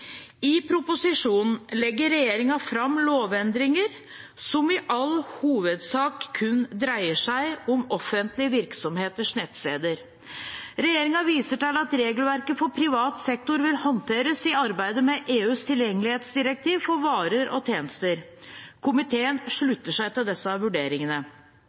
i 2019. I proposisjonen legger regjeringen fram lovendringer som i all hovedsak kun dreier seg om offentlige virksomheters nettsteder. Regjeringen viser til at regelverket for privat sektor vil håndteres i arbeidet med EUs tilgjengelighetsdirektiv for varer og tjenester. Komiteen slutter seg til disse vurderingene.